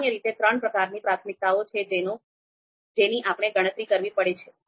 સામાન્ય રીતે ત્રણ પ્રકારની પ્રાથમિકતાઓ છે જેની આપણે ગણતરી કરવી પડે છે